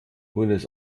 buenos